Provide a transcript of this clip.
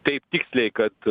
taip tiksliai kad